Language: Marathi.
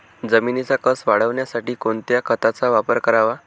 जमिनीचा कसं वाढवण्यासाठी कोणत्या खताचा वापर करावा?